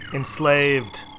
Enslaved